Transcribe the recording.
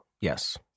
Yes